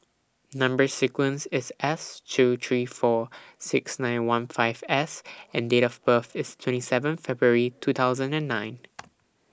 Number sequence IS S two three four six nine one five S and Date of birth IS twenty seven February two thousand and nine